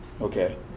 Okay